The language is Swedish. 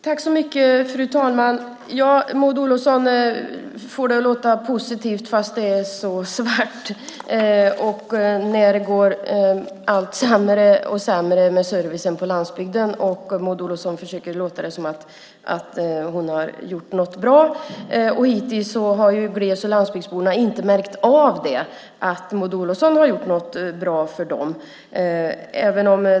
Fru talman! Maud Olofsson får det att låta positivt fast det är så svart och det går allt sämre med servicen på landsbygden. Maud Olofsson försöker få det att låta som att hon har gjort något bra. Givetvis har gles och landsbygdsborna inte märkt av att Maud Olofsson har gjort något bra för dem.